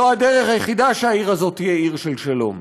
זו הדרך היחידה שהעיר הזאת תהיה עיר של שלום.